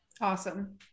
Awesome